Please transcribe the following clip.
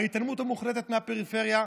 ההתעלמות המוחלטת מהפריפריה.